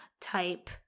type